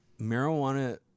marijuana